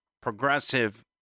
progressive